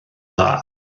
dda